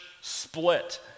split